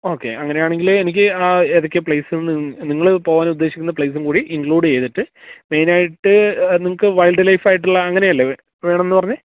okay അങ്ങനെയാണെങ്കില് എനിക്ക് ഏതൊക്കെ പ്ലേസെന്ന് നിങ്ങള് പോകാനുദ്ദേശിക്കുന്ന പ്ലേസും കൂടി ഇൻക്ലൂഡ് ചെയ്തിട്ട് മെയിനായിട്ട് നിങ്ങള്ക്ക് വൈൽഡ് ലൈഫായിട്ടുള്ള അങ്ങനെയല്ലേ വേണമെന്ന് പറഞ്ഞത്